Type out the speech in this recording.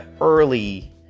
early